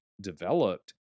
developed